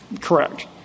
Correct